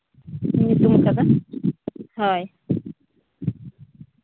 ᱧᱩᱛᱩᱢ ᱠᱟᱫᱟ ᱦᱳᱭ